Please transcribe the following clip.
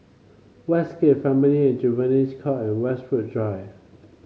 Westgate Family and Juvenile Court and Westwood Drive